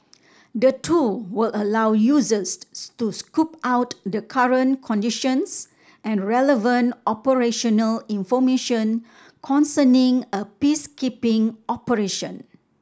the tool will allow users to scope out the current conditions and relevant operational information concerning a peacekeeping operation